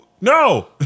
No